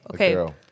Okay